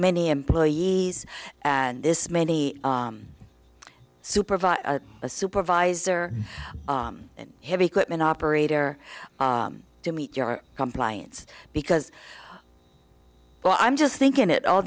many employees and this many supervisor a supervisor heavy equipment operator to meet your compliance because well i'm just thinking it all